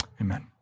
Amen